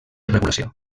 regulació